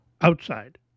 outside